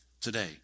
today